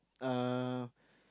uh